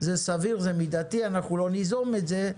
זה סביר, זה מידתי, אנחנו לא ניזום את זה,